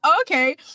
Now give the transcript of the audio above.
okay